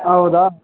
ಹೌದಾ